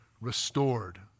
restored